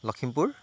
Lakhimpur